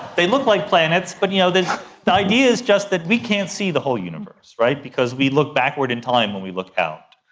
they look like planets, but you know the the idea is just that we can't see the whole universe because we look backward in time when we look out.